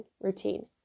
routine